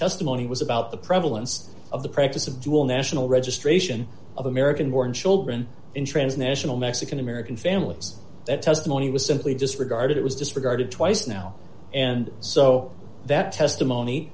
testimony was about the prevalence of the practice of dual national registration of american born children in trans national mexican american families that testimony was simply disregarded it was disregarded twice now and so that testimony